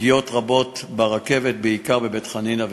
פגיעות רבות ברכבת, בעיקר בבית-חנינא ובשועפאט.